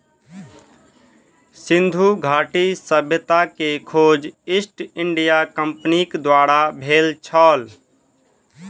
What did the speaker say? सिंधु घाटी सभ्यता के खोज ईस्ट इंडिया कंपनीक द्वारा भेल छल